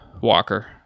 Walker